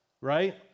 right